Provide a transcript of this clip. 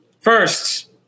first